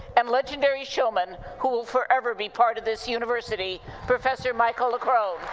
and legendary showman who will forever be part of this university professor michael leckrone.